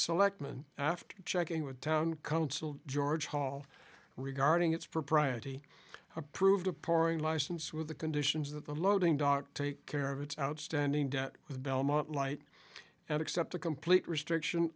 selectmen after checking with town council george hall regarding its propriety approved a pouring license with the conditions that the loading dock take care of its outstanding debt with belmont light and accept a complete restriction